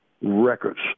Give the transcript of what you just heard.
records